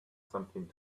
something